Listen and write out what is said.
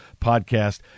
Podcast